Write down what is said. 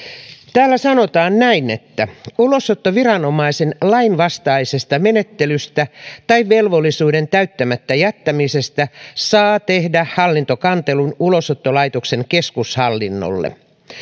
täällä sanotaan näin ulosottoviranomaisen lainvastaisesta menettelystä tai velvollisuuden täyttämättä jättämisestä saa tehdä hallintokantelun ulosottolaitoksen keskushallinnolle